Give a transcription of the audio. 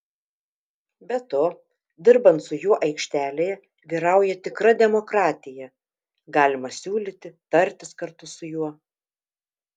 be to dirbant su juo aikštelėje vyrauja tikra demokratija galima siūlyti tartis kartu su juo